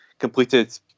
completed